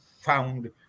Found